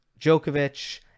Djokovic